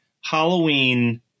Halloween